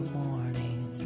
morning